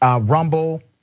Rumble